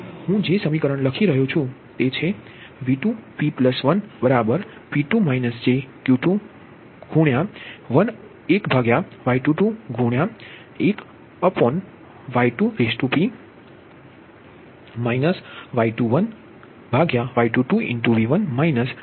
હું જે સમીકરણ લખી રહ્યો છું તે છે V2p1 ના ગુણ્યા1Y22 1V2p Y21Y22V1 Y23Y22V3p